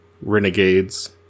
Renegades